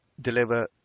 deliver